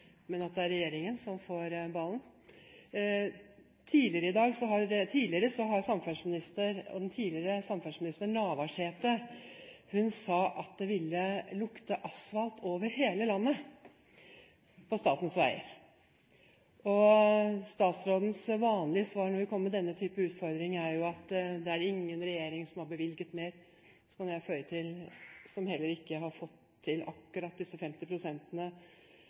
men at det er regjeringen som får ballen. Tidligere samferdselsminister Navarsete sa at det ville lukte asfalt over hele landet på statens veier. Statsrådens vanlige svar når vi kommer med denne type utfordringer, er at det er ingen regjering som har bevilget mer – og så kan jeg føye til – og som heller ikke har fått til akkurat disse 50